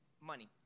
money